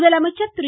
முதலமைச்சர் திரு